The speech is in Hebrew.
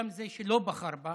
גם זה שלא בחר בה,